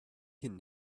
can